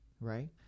Right